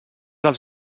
els